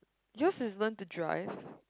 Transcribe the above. yours is learn to drive